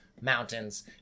Mountains